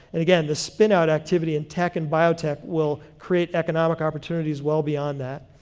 and again, the spinout activity in tech and biotech will create economic opportunities well beyond that.